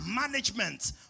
management